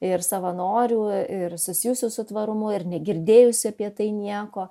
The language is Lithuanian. ir savanorių ir susijusių su tvarumu ir negirdėjusių apie tai nieko